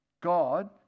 God